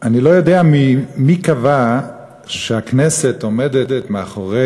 אני לא יודע מי קבע שהכנסת עומדת אחרי